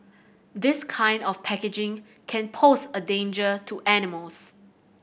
this kind of packaging can pose a danger to animals